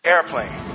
Airplane